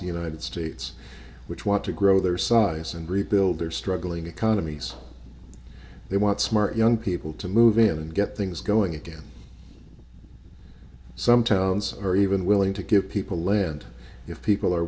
the united states which want to grow their size and rebuild their struggling economies they want smart young people to move in and get things going again some towns are even willing to give people land if people are